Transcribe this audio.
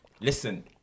listen